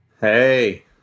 Hey